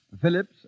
Phillips